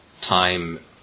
time